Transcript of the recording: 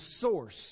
source